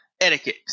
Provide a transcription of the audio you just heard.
etiquette